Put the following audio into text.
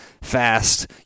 fast